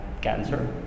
cancer